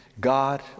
God